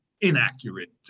inaccurate